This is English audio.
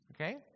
okay